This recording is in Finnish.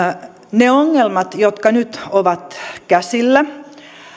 ne ongelmat jotka nyt ovat käsillä